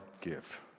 give